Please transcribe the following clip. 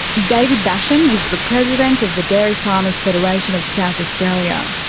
david basham is the president of the dairy farmers federation of south australia.